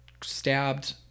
stabbed